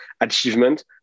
achievement